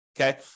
okay